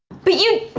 but you.